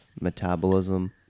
Metabolism